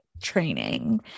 Training